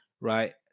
right